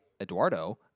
Eduardo